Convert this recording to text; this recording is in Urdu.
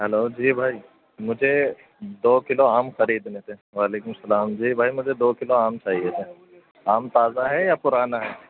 ہیلو جی بھائی مجھے دو کلو آم خریدنے تھے وعلیکم السلام جی بھائی مجھے دو کلو آم چاہیے تھے آم تازہ ہے یا پرانا ہے